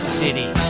city